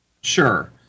Sure